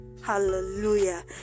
Hallelujah